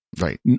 Right